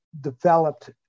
developed